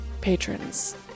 patrons